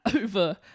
over